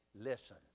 Listen